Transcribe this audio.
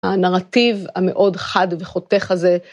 הנרטיב המאוד חד וחותך הזה.